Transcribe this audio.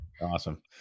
Awesome